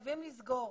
היא הצהרה מאוד חשובה,